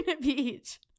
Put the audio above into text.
Beach